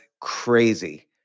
crazy